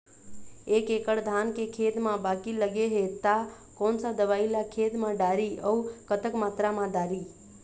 एक एकड़ धान के खेत मा बाकी लगे हे ता कोन सा दवई ला खेत मा डारी अऊ कतक मात्रा मा दारी?